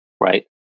Right